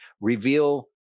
Reveal